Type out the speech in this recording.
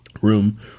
Room